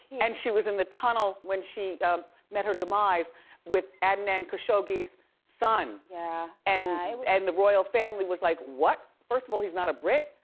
and she was in the tunnel when she met her demise with and and khashoggi's son. yeah. and and the royal family was like, what? first of all, he's not a brit,